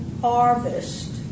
harvest